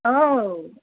औ